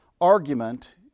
argument